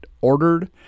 ordered